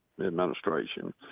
administration